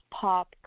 pop